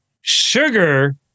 sugar